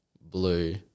Blue